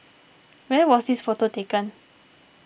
where was this photo taken